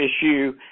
issue